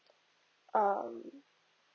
um